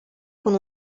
con